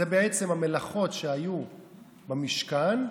אלה המלאכות שהיו במשכן.